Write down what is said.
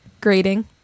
grading